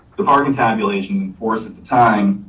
the parking tabulation force at the time.